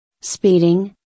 Speeding